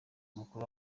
mukuru